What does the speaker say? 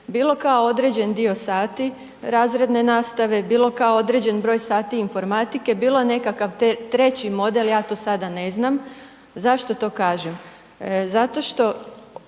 bio kao određeni dio sati, razredne nastave, bio kao određen broj sati informatike, bilo nekakav treći model, ja to sada ne znam. Zašto to kažem? Zato što